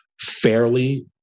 fairly